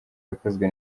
yakozwe